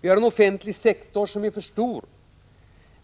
Vi har en offentlig sektor som är för stor;